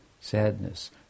sadness